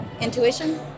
Intuition